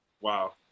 Wow